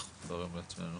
ביחידה 70 זה יהיה מדורג.